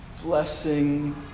Blessing